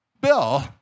Bill